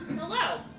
Hello